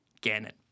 Gannon